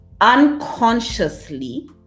unconsciously